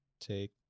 take